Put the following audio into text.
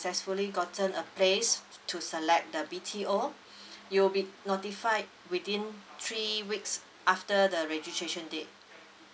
successfully gotten a place to select the B_T_O you'll be notified within three weeks after the registration date